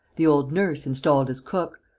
the old nurse installed as cook.